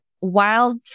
wild